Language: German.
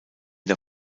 der